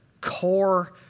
core